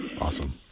Awesome